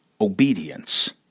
obedience